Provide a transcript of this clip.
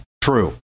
true